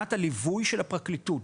מבחינת הליווי של הפרקליטות,